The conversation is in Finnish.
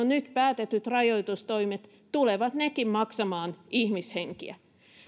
nyt päätetyt rajoitustoimet tulevat nekin maksamaan ihmishenkiä